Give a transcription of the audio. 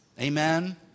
Amen